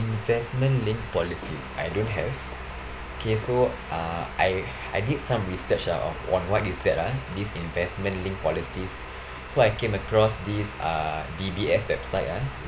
investment linked policies I don't have okay so uh I I did some research uh of what is that ah this investment linked policies so I came across this uh D_B_S website ah